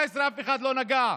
אף אחד לא נגע.